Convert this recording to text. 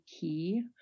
key